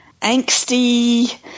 angsty